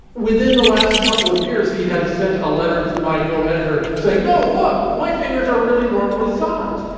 within the last couple of years, he has sent a letter to my coeditor saying, no, look, my fingers are really normally sized.